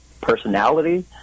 personality